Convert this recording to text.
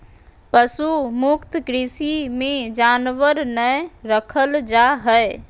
पशु मुक्त कृषि मे जानवर नय रखल जा हय